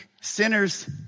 Sinners